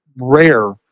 rare